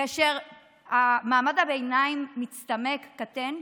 כאשר מעמד הביניים מצטמק, קטן,